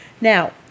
Now